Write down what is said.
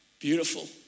Beautiful